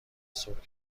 صبح